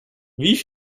wie